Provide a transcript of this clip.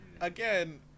Again